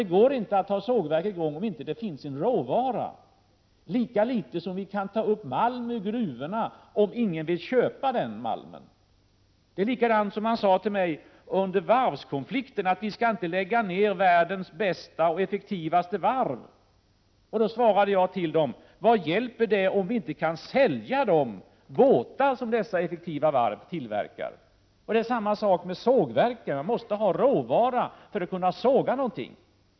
Det går inte att ha sågverk i gång 39 om det inte finns råvara, lika litet som vi kan ta upp malm ur gruvorna om ingen vill köpa malmen. På samma sätt var det under varvskrisen, då man sade till mig att vi inte skulle lägga ned världens bästa och effektivaste varv. Då svarade jag: Vad hjälper det om vi inte kan sälja de båtar som dessa effektiva varv tillverkar? På samma sätt är det med sågverken. Man måste ha råvara för att kunna såga något.